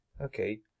Okay